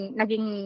naging